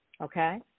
Okay